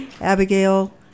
Abigail